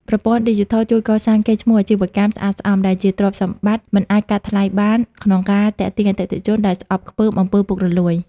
ប្រព័ន្ធឌីជីថលជួយកសាង "កេរ្តិ៍ឈ្មោះអាជីវកម្មស្អាតស្អំ" ដែលជាទ្រព្យសម្បត្តិមិនអាចកាត់ថ្លៃបាន ក្នុងការទាក់ទាញអតិថិជនដែលស្អប់ខ្ពើម អំពើពុករលួយ។